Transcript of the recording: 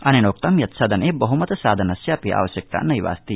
अनेनोक्तं यत् सदने बहमत साधनस्यापि आवश्यकता नद्यास्ति